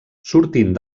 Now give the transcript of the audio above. sortint